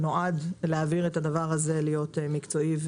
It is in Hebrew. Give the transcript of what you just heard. שנועד להעביר את הדבר הזה להיות מקצועי,